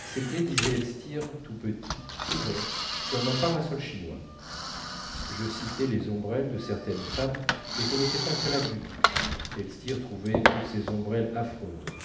c'était disait elstir tout petit tout rond comme un parasol chinois je citai les ombrelles de certaines femmes mais ce n'était pas cela du tout elstir trouvait toutes ces ombrelles affreuses